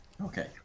Okay